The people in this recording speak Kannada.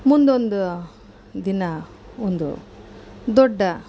ಮುಂದೊಂದು ದಿನ ಒಂದು ದೊಡ್ಡ